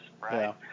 right